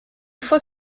fois